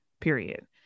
period